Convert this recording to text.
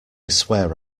swear